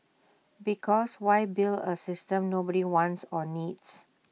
because why build A system nobody wants or needs